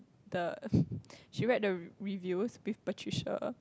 the she read the reviews with Patricia